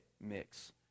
mix